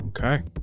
Okay